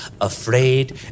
afraid